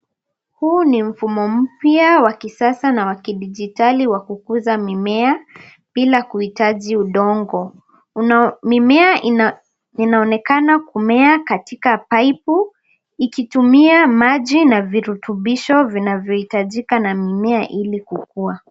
Huu ni mfumo mpya wa kisasa na wa kidijitali wa kukuza mimea bila kuhitaji udongo. Mimea inaonekana kumea katika paipu ikitumia maji na virutubisho vinavyo hitajika na mimea ili kukua.